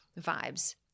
vibes